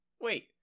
wait